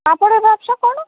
কাপড়ের ব্যাবসা করো